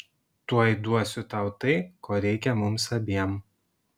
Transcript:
tuoj duosiu tau tai ko reikia mums abiem